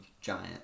giant